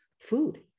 food